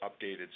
updated